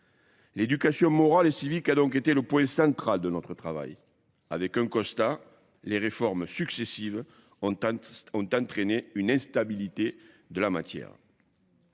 L'éducation morale et civique a donc été le point central de notre travail. Avec un constat, les réformes successives ont entraîné une instabilité de la matière.